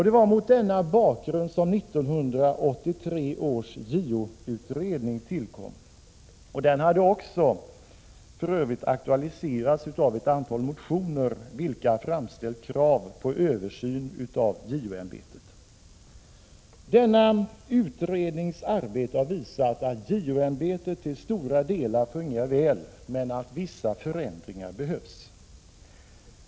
Det var mot denna bakgrund som 1983 års JO-utredning tillkom. Den hade för övrigt aktualiserats av ett antal motioner, där det framställdes krav på översyn av JO-ämbetet. Denna utrednings arbete har visat att JO-ämbetet till stora delar fungerar väl men att vissa förändringar behövs.